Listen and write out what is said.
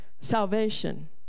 Salvation